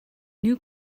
new